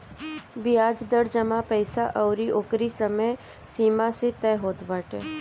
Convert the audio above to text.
बियाज दर जमा पईसा अउरी ओकरी समय सीमा से तय होत बाटे